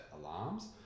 alarms